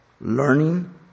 Learning